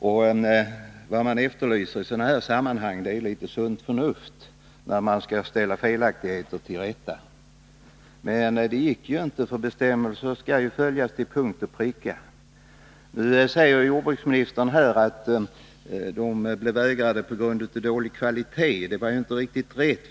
Vad jag efterlyser är litet sunt förnuft när felaktigheter skall ställas till rätta — men det gick inte att få rättelse i detta fall, eftersom bestämmelser skall följas till punkt och pricka. Jordbruksministern säger att införsel vägrades på grund av att växterna hade dålig kvalitet. Det är inte riktigt rätt.